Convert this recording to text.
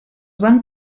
van